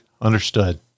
Understood